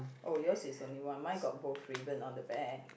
oh yours is only one mine got both ribbon on the back